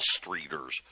Streeters